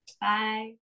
Bye